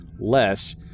less